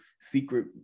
secret